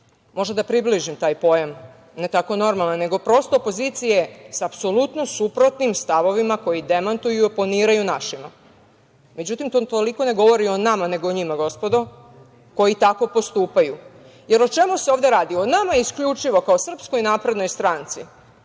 Mogu da približim taj pojam, ne tako normalne, nego opozicije sa apsolutno suprotnim stavovima koji demantuju i oponiraju našima. Međutim, to toliko ne govori o nama, nego o njima gospodo, koji tako postupaju.O čemu se ovde radi, o nama isključivo kao SNS, govore naši